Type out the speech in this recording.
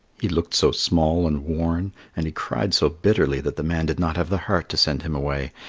he looked so small and worn and he cried so bitterly that the man did not have the heart to send him away,